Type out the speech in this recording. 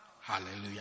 hallelujah